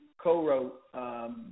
co-wrote